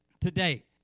today